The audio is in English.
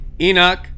Enoch